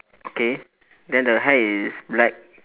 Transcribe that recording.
okay then the hair is black